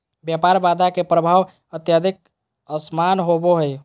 व्यापार बाधा के प्रभाव अत्यधिक असमान होबो हइ